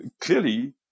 clearly